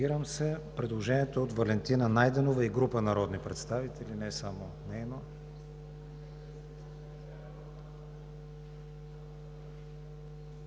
предложението на Валентина Найденова и група народни представители